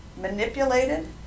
manipulated